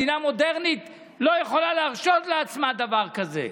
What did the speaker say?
מדינה מודרנית לא יכולה להרשות לעצמה דבר כזה.